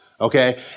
okay